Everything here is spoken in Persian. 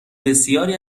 بسیاری